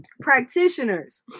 practitioners